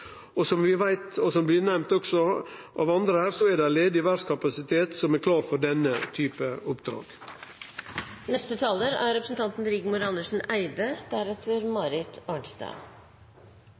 Som vi veit, og som er nemnt også av andre her, er det ledig verftskapasitet som er klar for denne typen oppdrag. Det er